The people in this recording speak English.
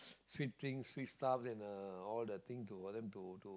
sweet drinks sweet stuff then uh all the things we wanted to to